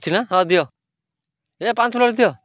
ଅଛି ନା ହଁ ଦିଅ ଏ ପାଞ୍ଚ ପ୍ଲେଟ୍ ଦିଅ